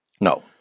No